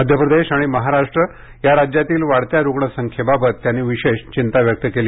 मध्य प्रदेश आणि महाराष्ट्र या राज्यातील वाढत्या रुग्णसंख्येबाबत त्यांनी विशेष चिंता व्यक्त केली